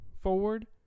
forward